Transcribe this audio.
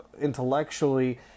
intellectually